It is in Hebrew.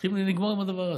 צריכים לגמור עם הדבר הזה,